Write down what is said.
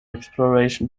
exploration